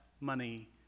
money